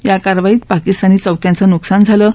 या कारवाईत पाकिस्तानी चौक्यांचं नुकसान झालंय